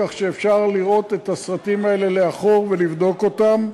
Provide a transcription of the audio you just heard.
כך שאפשר לראות את הסרטים האלה לאחור ולבדוק אותם.